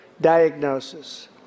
diagnosis